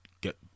get